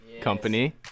company